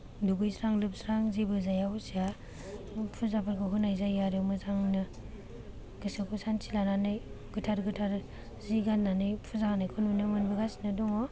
दुगैस्रां लोबस्रां जेबो जाया हसिया फुजाफोरखौ होनाय जायो आरो मोजांनो गोसोखौ सान्थि लानानै गोथार गोथार जि गान्नानै फुजा होनायखौ नुनो मोनबोगासिनो दङ